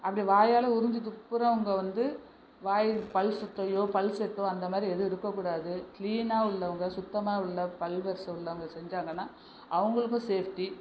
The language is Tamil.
அப்படி வாயால் உறிஞ்சு துப்புரவுங்க வந்து வாயில் பல் சொத்தை பல்செட்டோ அந்த மாதிரி எதுவும் இருக்கக்கூடாது க்ளீனாக உள்ளவங்க சுத்தமாக உள்ள பல்வரிசை உள்ளவங்க செஞ்சாங்கன்னா அவங்களுக்கும் சேஃப்ட்டி